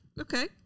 Okay